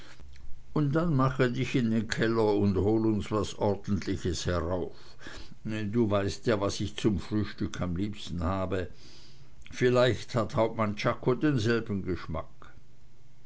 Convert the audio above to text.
und dann mache dich in den keller und hol uns was ordentliches herauf du weißt ja was ich zum frühstück am liebsten habe vielleicht hat hauptmann czako denselben geschmack